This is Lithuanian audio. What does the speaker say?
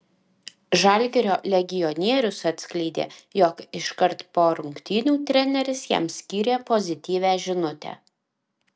žalgirio legionierius atskleidė jog iškart po rungtynių treneris jam skyrė pozityvią žinutę